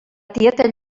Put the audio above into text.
tieta